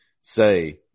say